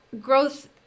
growth